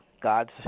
God's